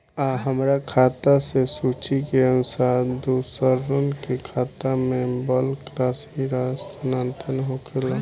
आ हमरा खाता से सूची के अनुसार दूसरन के खाता में बल्क राशि स्थानान्तर होखेला?